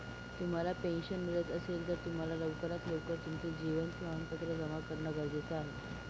तुम्हाला पेन्शन मिळत असेल, तर तुम्हाला लवकरात लवकर तुमचं जीवन प्रमाणपत्र जमा करणं गरजेचे आहे